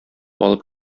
алып